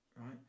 right